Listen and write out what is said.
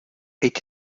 est